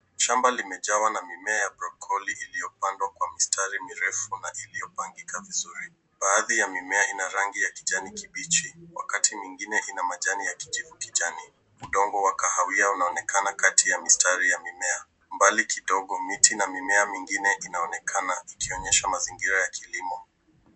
Shamba limejaa mimea ya brokoli iliyopandwa kwa mistari mirefu na iliyopangika vizuri. Baadhi ya mimea ina rangi ya kijani kibichi wakati mwingine ina ya kijivu kijani. Udongo wa kahawia unaonekana kati ya mistari ya mimea. Mbali kidogo miti na mimea mingine inaonekana ikionyesha mazingira ya kilimo.